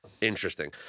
Interesting